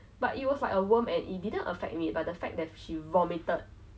vomited lah she vomited and then I think at that point of time like